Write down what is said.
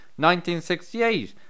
1968